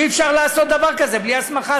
אי-אפשר לעשות דבר כזה בלי הסמכה,